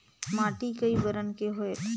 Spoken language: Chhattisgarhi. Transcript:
माटी कई बरन के होयल?